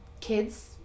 kids